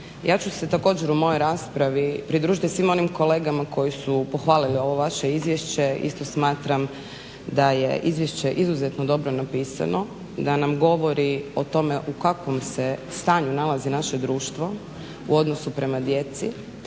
Ja ću se također u mojoj raspravi pridružiti svim onim kolegama koji su pohvalili ovo vaše izvješće. Isto smatram da je izvješće izuzetno dobro napisano, da nam govori o tome u kakvom se stanju nalazi naše društvo u odnosu prema djeci,